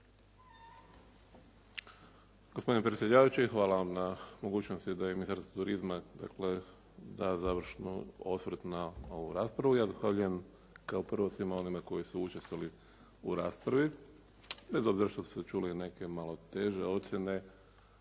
hvala vam na mogućnosti da i ministar turizma dakle da završni osvrt na ovu raspravu. Ja zahvaljujem kao prvo svima onima koji su učestvovali u raspravi, bez obzira što su se čule neke malo teže ocjene,